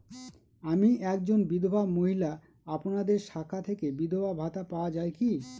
আমি একজন বিধবা মহিলা আপনাদের শাখা থেকে বিধবা ভাতা পাওয়া যায় কি?